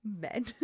Men